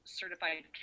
certified